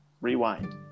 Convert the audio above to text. rewind